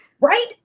Right